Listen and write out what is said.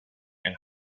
and